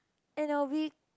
and I will be